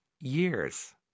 years